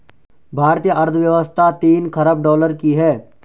भारतीय अर्थव्यवस्था तीन ख़रब डॉलर की है